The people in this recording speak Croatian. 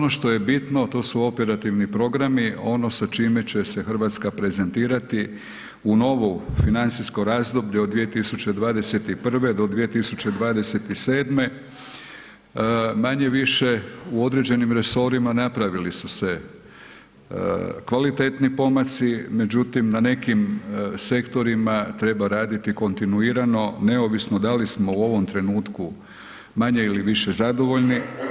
Ono što je bitno to su operativni programi, ono sa čime će se Hrvatska prezentirati u novo financijsko razdoblje od 2021. do 2027., manje-više u određenim resorima napravili su se kvalitetni pomaci, međutim na nekim sektorima treba raditi kontinuirano, neovisno da li smo u ovom trenutku manje ili više zadovoljni.